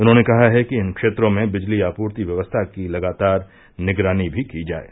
उन्होंने कहा है कि इन क्षेत्रों में बिजली आपूर्ति व्यवस्था की लगातार निगरानी भी की जाये